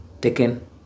taken